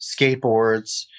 skateboards